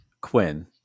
Quinn